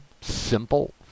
simple